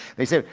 they said,